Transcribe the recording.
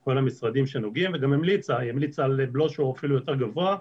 כל המשרדים שנוגעים והיא גם המליצה על בלו שהוא אפילו יותר גבוה,